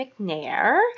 McNair